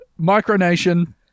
Micronation